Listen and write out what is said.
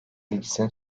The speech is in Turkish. ilgisini